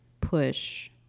push